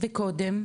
וקודם?